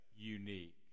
Unique